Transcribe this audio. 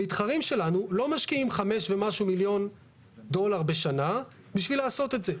המתחרים שלנו לא משקיעים 5 ומשהו מיליון דולר בשנה כדי לעשות את זה.